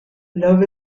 love